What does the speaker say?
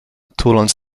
tuląc